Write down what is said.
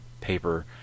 paper